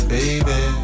Baby